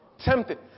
Tempted